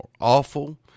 Awful